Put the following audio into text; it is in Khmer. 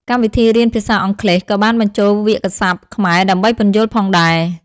កម្មវិធីរៀនភាសាអង់គ្លេសក៏បានបញ្ចូលវាក្យស័ព្ទខ្មែរដើម្បីពន្យល់ផងដែរ។